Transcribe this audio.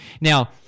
Now